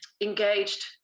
engaged